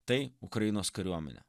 tai ukrainos kariuomenė